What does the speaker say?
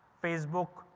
facebook,